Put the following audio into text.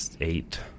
eight